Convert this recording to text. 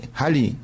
hali